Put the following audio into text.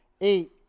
eight